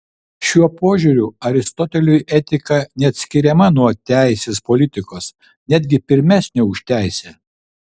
šiuo požiūriu aristoteliui etika neatskiriama nuo teisės politikos netgi pirmesnė už teisę